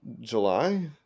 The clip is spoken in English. July